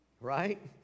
Right